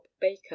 baker